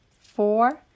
four